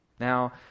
Now